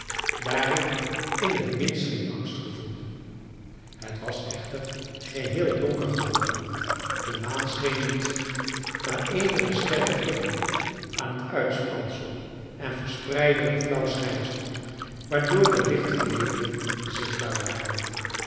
daar ik in het minst geen angst gevoelde het was echter geheel donker geworden de maan scheen niet maar eenige sterren flikkerden aan het uitspansel en verspreidden een flauw schijnsel waardoor de lichte nevelen zichtbaar waren